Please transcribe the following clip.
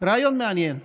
רעיון מעניין,